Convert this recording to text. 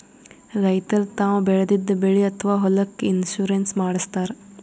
ರೈತರ್ ತಾವ್ ಬೆಳೆದಿದ್ದ ಬೆಳಿ ಅಥವಾ ಹೊಲಕ್ಕ್ ಇನ್ಶೂರೆನ್ಸ್ ಮಾಡಸ್ತಾರ್